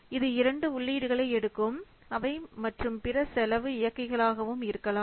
இது இரண்டு உள்ளீடுகளை எடுக்கும் அவை மற்றும் பிற செலவு இயக்கிகளாகவும் இருக்கலாம்